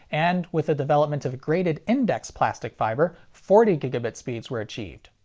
and, with the development of graded-index plastic fiber, forty gigabit speeds were achieved.